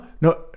no